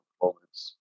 performance